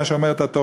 במה שאומרת התורה,